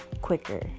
quicker